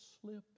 slip